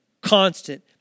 constant